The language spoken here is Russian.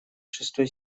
шестой